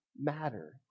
matter